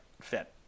fit